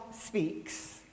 speaks